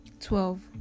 Twelve